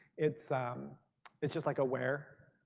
it's um it's just like a where.